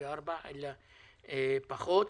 אלא פחות.